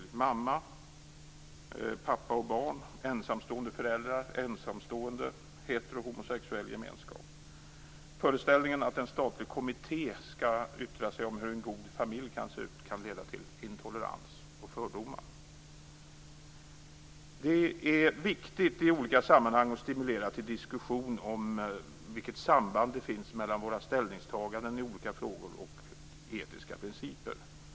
Är det mamma, pappa och barn? Är det ensamstående? Är det ensamstående föräldrar? Gäller det hetero och homosexuell gemenskap? Föreställningen att en statlig kommitté skall yttra sig om hur en god familj kan se ut kan leda till intolerans och fördomar. Det är viktigt i olika sammanhang att stimulera till diskussion om vilket samband det finns mellan våra ställningstaganden i olika frågor och våra etiska principer.